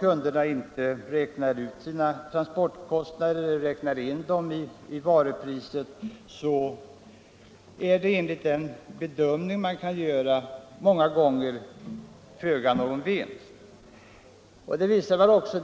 kunderna räknar sällan ut sina transportkostnader och lägger dem till varupriset. Såvitt man kan bedöma gör de många gånger liten eller ingen vinst.